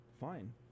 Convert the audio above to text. fine